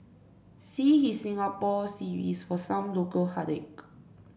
see his Singapore series for some local heartache